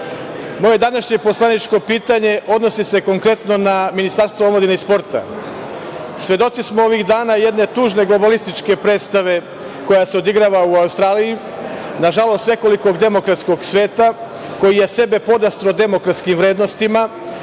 današnje poslaničko pitanje odnosi se konkretno na Ministarstvo omladine i sporta. Svedoci smo ovih dana jedne tužne globalističke predstave koja se odigrava u Australiji, na žalost nekog demokratskog sveta, koji je sebe podrasto demokratskim vrednostima,